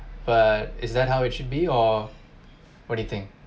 but is that how it should be or what do you think